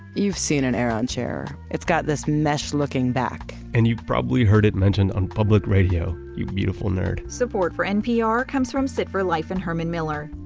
you've seen an aeron chair. it's got this mesh looking back and you've probably heard it mentioned on public radio, you beautiful nerd support for npr comes from sit for life and herman miller,